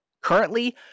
Currently